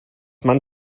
man